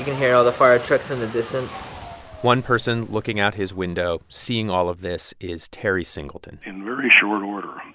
hear all the fire trucks in the distance one person looking out his window seeing all of this is terry singleton in very short order,